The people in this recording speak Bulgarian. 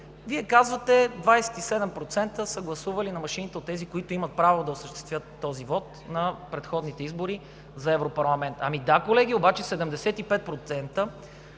Вие казвате, че 27% са гласували на машините от тези, които имат право да осъществят този вот на предходните избори за Европарламент. Ами да, колеги, обаче 75%